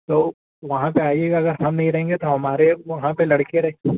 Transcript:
तो वहाँ पर आइएगा अगर हम नहीं रहेंगे तो हमारे वहाँ पर लड़के रहे